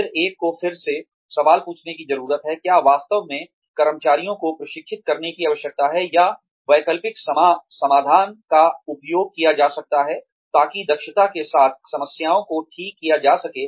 फिर एक को फिर से सवाल पूछने की जरूरत है क्या वास्तव में कर्मचारियों को प्रशिक्षित करने की आवश्यकता है या वैकल्पिक समाधान का उपयोग किया जा सकता है ताकि दक्षता के साथ समस्याओं को ठीक किया जा सके